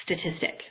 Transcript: statistic